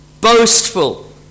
boastful